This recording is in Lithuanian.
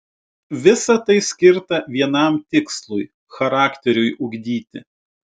visa tai skirta vienam tikslui charakteriui ugdyti